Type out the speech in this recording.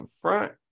front